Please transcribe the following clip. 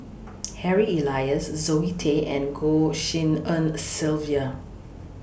Harry Elias Zoe Tay and Goh Tshin En Sylvia